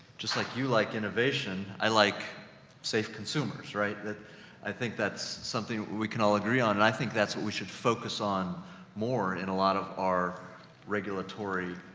just like you like innovation, i like safe consumers, right? i think that's something we can all agree on. and i think that's what we should focus on more in a lot of our regulatory,